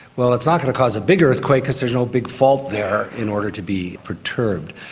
well, it's not going to cause a big earthquake because there's no big fault there in order to be perturbed.